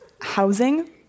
housing